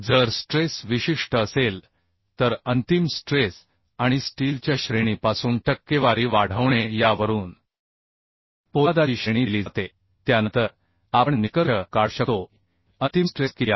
जर स्ट्रेस विशिष्ट असेल तर अंतिम स्ट्रेस आणि स्टीलच्या श्रेणीपासून टक्केवारी वाढवणे यावरून पोलादाची श्रेणी दिली जाते त्यानंतर आपण निष्कर्ष काढू शकतो की अंतिम स्ट्रेस किती आहे